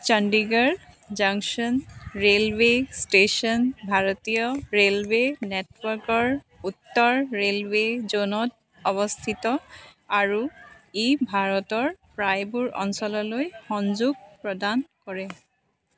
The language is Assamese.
চণ্ডীগড় জংচন ৰে'লৱে' ষ্টেচন ভাৰতীয় ৰে'লৱে' নেটৱৰ্কৰ উত্তৰ ৰে'লৱে' জ'নত অৱস্থিত আৰু ই ভাৰতৰ প্ৰায়বোৰ অঞ্চললৈ সংযোগ প্ৰদান কৰে